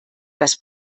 das